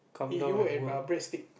he he work at err bread street